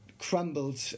crumbled